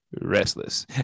restless